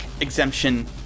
exemption